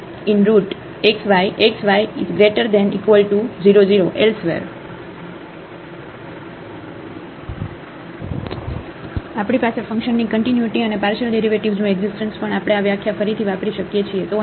તેથી આપણી પાસે ફંક્શનની કન્ટિન્યુટી અને પાર્શિયલ ડેરિવેટિવ્ઝનું એકઝીસ્ટન્સ પણ આપણે આ વ્યાખ્યા ફરીથી વાપરી શકીએ છીએ